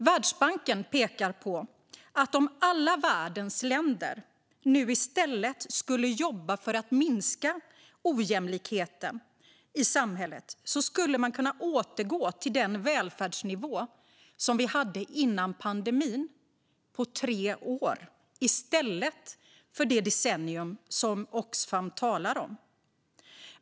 Världsbanken pekar på att om alla världens länder nu i stället skulle jobba för att minska ojämlikheten i samhället skulle man kunna återgå till den välfärdsnivå som vi hade före pandemin på tre år i stället för det decennium som Oxfam talar om.